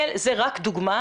זה רק דוגמה,